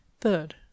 Third